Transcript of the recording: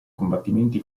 combattimenti